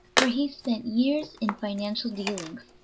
for he spent years in financial dealings,